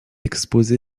exposé